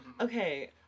Okay